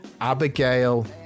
Abigail